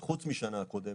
חוץ משנה קודמת,